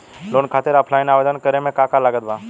Loan खातिर offline आवेदन करे म का का लागत बा?